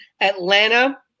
Atlanta